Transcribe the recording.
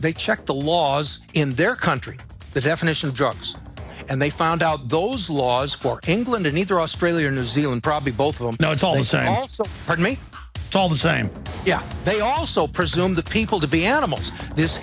they check the laws in their country the definition of drugs and they found out those laws for england in either australia or new zealand probably both of them now it's all the same also hurt me all the same yeah they also presume the people to be animals this